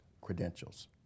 credentials